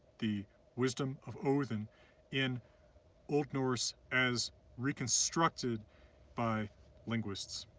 the wisdom of odinn in old norse as reconstructed by linguists.